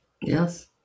Yes